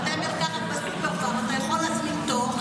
בבתי ממרקחת בסופר-פארם אתה יכול להזמין תור,